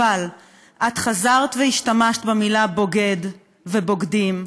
אבל את חזרת והשתמשת במילה "בוגד" ו"בוגדים",